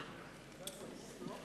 (חותם על ההצהרה)